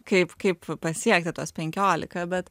kaip kaip pasiekti tuos penkiolika bet